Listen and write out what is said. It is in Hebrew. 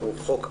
הוא חוק עקום,